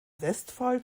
westphal